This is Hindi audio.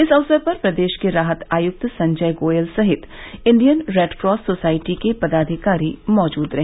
इस अवसर पर प्रदेश के राहत आयुक्त संजय गोयल सहित इंडियन रेडक्रास सोसाइटी के पदाधिकारी मौजूद रहे